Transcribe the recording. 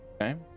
Okay